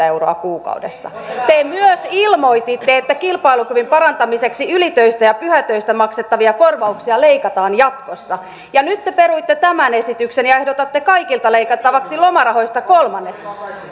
euroa kuukaudessa te myös ilmoititte että kilpailukyvyn parantamiseksi ylitöistä ja pyhätöistä maksettavia korvauksia leikataan jatkossa ja nyt te peruitte tämän esityksen ja ehdotatte kaikilta leikattavaksi lomarahoista kolmanneksen